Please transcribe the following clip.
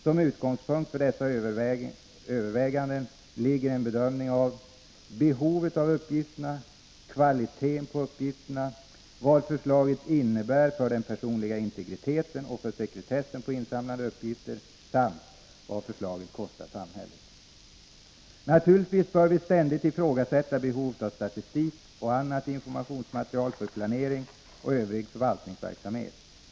Som utgångspunkt för dessa överväganden ligger en bedömning av — behovet av uppgifterna, — vad förslaget innebär för den personliga integriteten och för sekretessen på insamlade uppgifter, samt Naturligtvis bör vi ständigt ifrågasätta behoven av statistik och annat informationsmaterial för planering och övrig förvaltningsverksamhet.